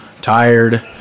tired